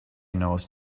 knows